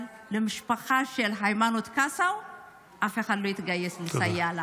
אבל למשפחה של היימנוט קסאו אף אחד לא התגייס לסייע.